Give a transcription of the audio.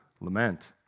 lament